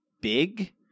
big